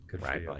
right